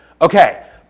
Okay